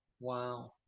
Wow